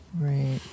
Right